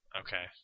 okay